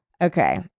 okay